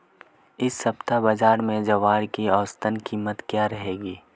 इस सप्ताह बाज़ार में ज्वार की औसतन कीमत क्या रहेगी?